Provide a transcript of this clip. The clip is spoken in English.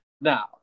Now